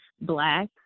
black